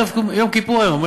יום כיפור היום.